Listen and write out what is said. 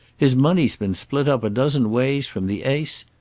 his money's been split up a dozen ways from the ace.